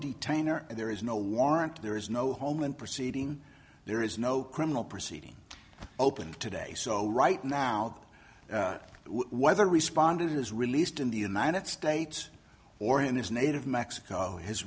detain or there is no warrant there is no home and proceeding there is no criminal proceeding opened today so right now whether responded is released in the united states or in his native mexico his